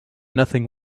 nothing